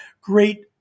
great